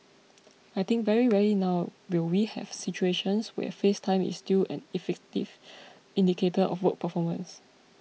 I think very rarely now will we have situations where face time is still an effective indicator of work performance